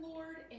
Lord